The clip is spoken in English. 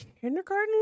kindergarten